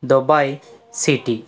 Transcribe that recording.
Dubai city